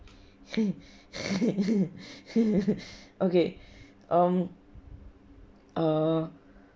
okay um err